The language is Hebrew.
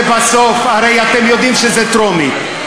ולבסוף, הרי אתם יודעים שזאת קריאה טרומית.